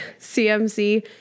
CMC